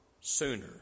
sooner